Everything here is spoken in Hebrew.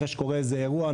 אחרי שקורה איזה אירוע,